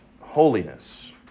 holiness